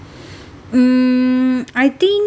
mm I think